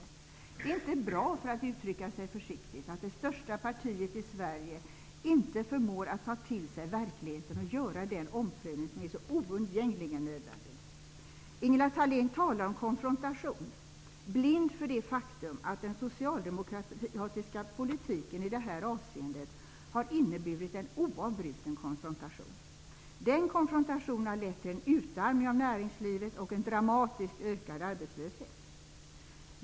Det är inte bra, för att uttrycka sig försiktigt, att det största partiet i Sverige inte förmår att ta till sig verkligheten och göra den omprövning som är så oundgängligen nödvändig. Ingela Thalén talar om konfrontation, blind för det faktum att den socialdemokratiska politiken i de här avseendena har inneburit en oavbruten konfrontation. Den konfrontationen har lett till en utarmning av näringslivet och en dramatiskt ökad arbetslöshet.